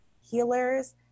healers